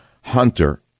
Hunter